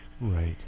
right